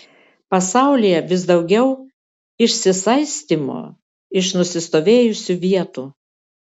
pasaulyje vis daugiau išsisaistymo iš nusistovėjusių vietų